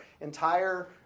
entire